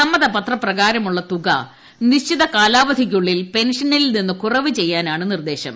സമ്മതപത്ര പ്രകാരമുള്ള തുക നിശ്ചിത കാലാവധിക്കുള്ളിൽ പെൻഷനിൽ നിന്ന് കൂറവൂചെയ്യാനാണ് നിർദേശം